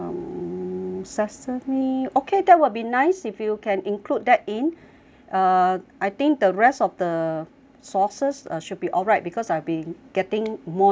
sesame okay that will be nice if you can include that in uh I think the rest of the sauces uh should be alright because I'll been getting more ginger already